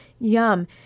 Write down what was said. yum